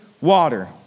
water